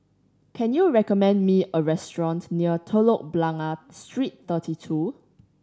can you recommend me a restaurant near Telok Blangah Street Thirty Two